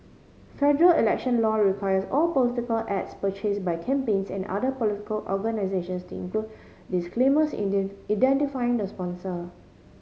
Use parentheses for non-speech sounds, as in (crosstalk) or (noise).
federal election law requires all political ads purchase by campaigns and other political organisations to include disclaimers (unintelligible) identifying the sponsor